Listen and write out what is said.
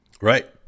Right